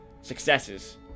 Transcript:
successes